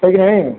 है कि नहीं